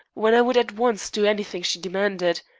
when i would at once do anything she demanded.